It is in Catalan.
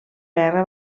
guerra